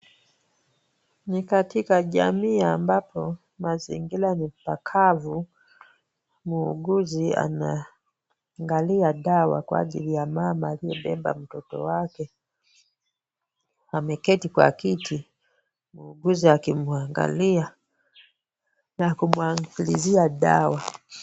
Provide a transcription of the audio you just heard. Ni katika jamii ambapo mazingira ni pakavu. Muuguzi anangalia dawa kwa ajili ya mama aliyebeba mtoto wake. Ameketi kwa kiti, Muuguzi akimwangalia, na kumwakilizia dawa.